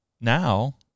now